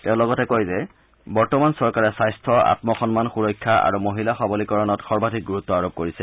তেওঁ লগতে কয় যে বৰ্তমান চৰকাৰে স্বাস্থ্য আম্মসন্মান সুৰক্ষা আৰু মহিলা সৱলীকৰণত সৰ্বাধিক গুৰুত্ব আৰোপ কৰিছে